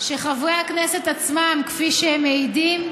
שחברי הכנסת עצמם, כפי שהם מעידים,